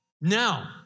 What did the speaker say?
Now